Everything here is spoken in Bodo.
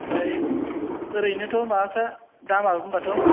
ओमफ्राय ओरैनोथ' माबाफ्रा दामा होमबाथ'